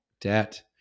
debt